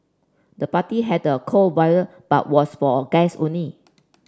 the party had a cool but was for guest only